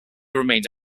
remained